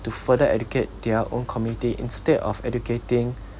to further educate their own community instead of educating